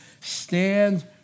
stand